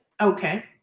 Okay